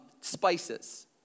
spices